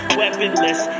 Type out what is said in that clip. weaponless